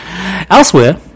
Elsewhere